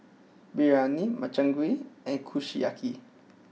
Biryani Makchang Gui and Kushiyaki